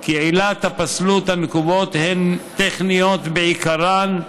כי עילות הפסלות הנקובות הן טכניות בעיקרן,